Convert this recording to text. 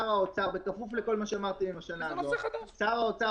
בכפוף לכל מה שמציעים לשנה הזו, שר האוצר